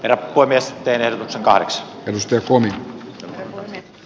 ennakkoesteillyt kahdeksan stefan de